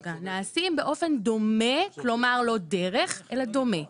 נעשים באופן דומה, כלומר, לא דרך אלא דומה.